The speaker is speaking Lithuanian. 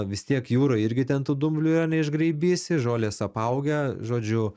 vis tiek jūroj irgi ten tų dumblių yra neišgraibysi žolės apaugę žodžiu